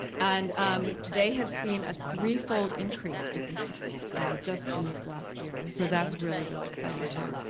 and um they have seen a threefold increase in interest just in this last year. so that's really, really exciting too.